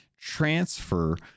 transfer